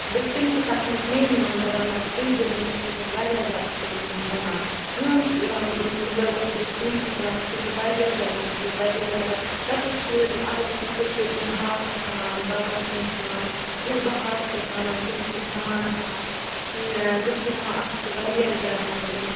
بہٕ تِم چھِ تَتھ منٛز میٚیہِ نِوان دَپان نہ ژٕیہِ دِ رٔںِتھ ژٕ چھَکھ واریاہ زیادٕ اَصٕل سیُن رَنان میون مطلب یُس بہٕ سیُن چھَس رَنان سُہ چھُ واریاہ زیادٕ مٔشہوٗر واریاہ زیادٕ لۄکٕٹۍ شُرۍ یِم اَزٕکۍ لۄکٕٹۍ شُرۍ چھِنہٕ ہاکھ کھٮ۪وان دال چھِنہٕ کھٮ۪وان ییٚلہِ بہٕ ہاکھ چھَس رَنان تِم چھِ کھٮ۪وان ہاکھ تِم چھِ دَپان اَتھ چھُ واریاہ زیادٕ مَزٕ